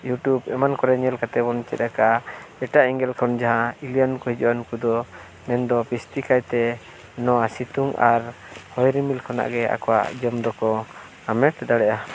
ᱮᱢᱟᱱ ᱠᱚᱨᱮ ᱧᱮᱞ ᱠᱟᱛᱮᱫ ᱵᱚᱱ ᱪᱮᱫ ᱟᱠᱟᱫᱼᱟ ᱮᱴᱟᱜ ᱮᱸᱜᱮᱞ ᱠᱷᱚᱱ ᱡᱟᱦᱟᱸ ᱮᱞᱤᱭᱟᱱ ᱠᱚ ᱦᱤᱡᱩᱜᱼᱟ ᱩᱱᱠᱩ ᱫᱚ ᱢᱮᱱᱫᱚ ᱵᱤᱥᱛᱤ ᱠᱟᱭᱛᱮ ᱱᱚᱣᱟ ᱥᱤᱛᱩᱝ ᱟᱨ ᱦᱚᱭ ᱨᱤᱢᱤᱞ ᱠᱷᱚᱱᱟᱜ ᱜᱮ ᱟᱠᱚᱣᱟᱜ ᱡᱚᱢ ᱫᱚᱠᱚ ᱦᱟᱢᱮᱴ ᱫᱟᱲᱮᱜᱼᱟ